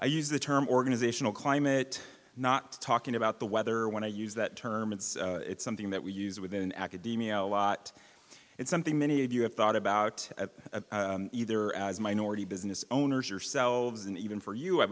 i use the term organizational climate not talking about the weather when i use that term it's something that we use within academia a lot and something many of you have thought about either as minority business owners yourselves and even for you i